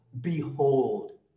behold